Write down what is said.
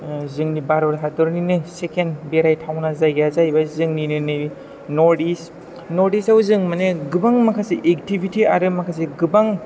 ओह जोंनि भारत हादरनिनो सेकेण्ड बेरायथावना जायगााया जाहैबाय जोंनिनो नर्थ इस्ट आव जों मानि गोबां माखासे एकटिभिटि आरो माखासे गोबां